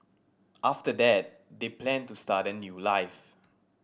after that they planned to start a new life